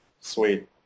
Sweet